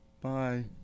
bye